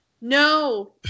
No